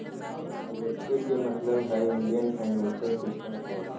IFSC के मतलब हइ इंडियन फाइनेंशियल सिस्टम कोड